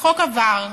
החוק עבר,